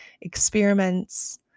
experiments